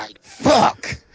Fuck